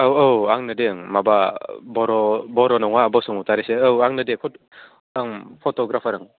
औ औ आंनो दे माबा बर' बर' नङा बसुमतारीसो औ आंनो दे फट' आं फट'ग्राफार